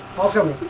of them